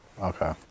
Okay